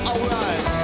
Alright